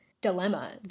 dilemma